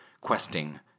questing